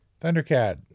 Thundercat